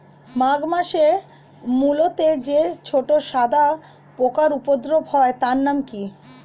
মাঘ মাসে মূলোতে যে ছোট সাদা পোকার উপদ্রব হয় তার নাম কি?